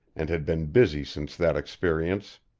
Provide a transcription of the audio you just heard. and had been busy since that experience.